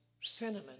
cinnamon